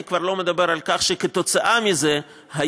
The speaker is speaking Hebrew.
אני כבר לא מדבר על כך שכתוצאה מזה היום